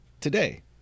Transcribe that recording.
today